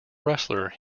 wrestler